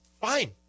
fine